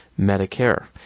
Medicare